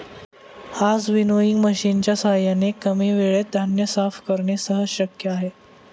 आज विनोइंग मशिनच्या साहाय्याने कमी वेळेत धान्य साफ करणे सहज शक्य आहे